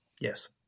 Yes